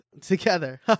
together